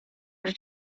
els